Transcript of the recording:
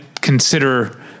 consider